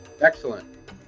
Excellent